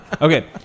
Okay